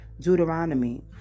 Deuteronomy